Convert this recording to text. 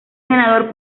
senador